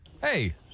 Hey